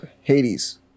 Hades